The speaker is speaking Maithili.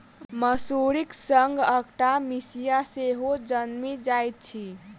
मसुरीक संग अकटा मिसिया सेहो जनमि जाइत अछि